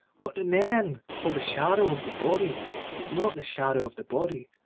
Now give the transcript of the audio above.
what men call the shadow of the body is not the shadow of the body,